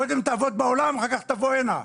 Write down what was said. קודם תעבוד בעולם, אחר כך תבוא הנה.